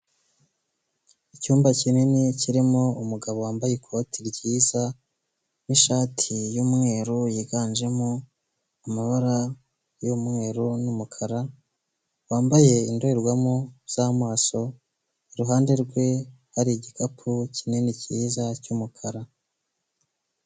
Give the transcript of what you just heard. Icyumba kinini kirimo umugabo wambaye ikoti ryiza n'ishati y'umweru yiganjemo amabara y'umweru n'umukara, wambaye indorerwamo z'amaso, iruhande rwe hari igikapu kinini cyiza cy'umukara.